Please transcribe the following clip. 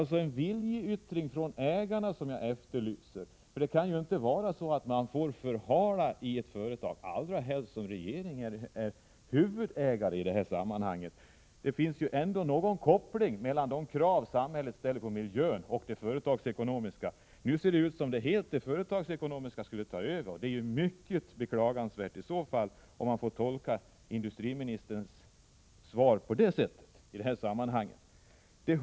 Det är en viljeyttring från ägarna som jag efterlyser. Ett företag kan inte få förhala en sådan här åtgärd, allra helst inte som det gäller ett företag där staten är huvudägare. De företagsekonomiska bedömningarna måste väl ändå på något sätt ta intryck av de krav som samhället ställer på miljön. Nu ser det ut som om de företagsekonomiska bedömningarna helt skulle ta över. Det är mycket beklagansvärt om statsrådets svar skall tolkas på det sättet.